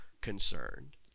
concerned